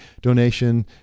donation